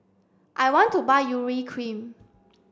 I want to buy Urea cream